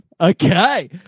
Okay